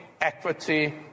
equity